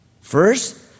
First